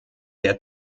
der